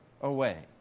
away